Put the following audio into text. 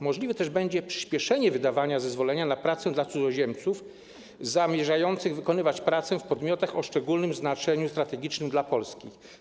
Możliwe będzie przyspieszenie wydawania zezwolenia na pracę cudzoziemcom zamierzającym wykonywać pracę w podmiotach o szczególnym znaczeniu strategicznym dla Polski.